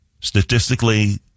Statistically